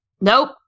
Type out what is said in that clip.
Nope